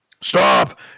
Stop